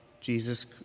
Jesus